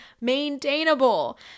maintainable